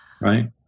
right